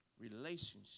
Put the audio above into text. relationship